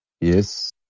yes